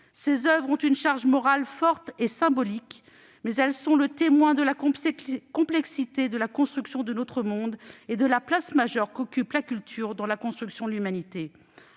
Ces oeuvres ont une charge morale forte et symbolique, mais elles sont le témoin de la complexité de la construction de notre monde et de la place majeure qu'occupe la culture dans la construction de l'humanité.